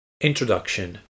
Introduction